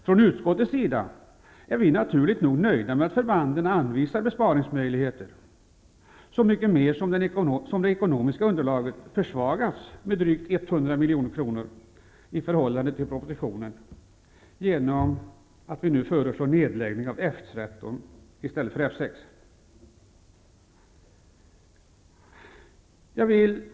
Från utskottets sida är vi naturligt nog nöjda med att förbanden anvisar besparingsmöjligheter -- så mycket mer som det ekonomiska underlaget försvagats med drygt 100 milj.kr. i förhållande till propositionens förslag, då utskottet föreslår en nedläggning av F 13 i stället för F 6.